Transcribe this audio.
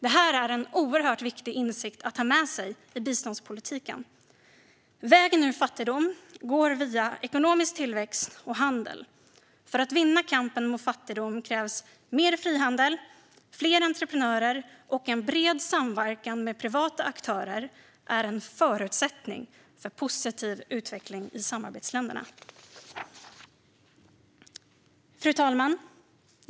Det är en oerhört viktig insikt att ha med sig i biståndspolitiken. Vägen ur fattigdom går via ekonomisk tillväxt och handel. För att vinna kampen mot fattigdomen krävs mer frihandel. Fler entreprenörer och en bred samverkan med privata aktörer är en förutsättning för positiv utveckling i samarbetsländerna. Fru talman!